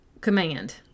command